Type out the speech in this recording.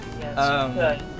Yes